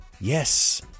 Yes